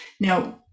Now